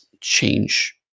change